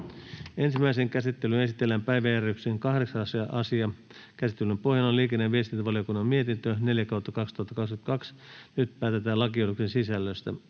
Ensimmäiseen käsittelyyn esitellään päiväjärjestyksen 7. asia. Käsittelyn pohjana on liikenne- ja viestintävaliokunnan mietintö LiVM 3/2022 vp. Nyt päätetään lakiehdotuksen sisällöstä.